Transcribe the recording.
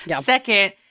Second